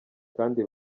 kandi